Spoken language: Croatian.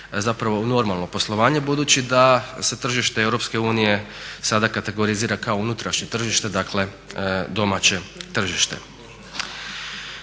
zapravo u normalno poslovanje budući da se tržište EU sada kategorizira kao unutarnje tržište, dakle domaće tržište.